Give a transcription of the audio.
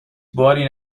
باری